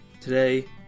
Today